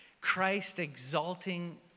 Christ-exalting